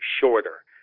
shorter